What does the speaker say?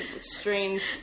strange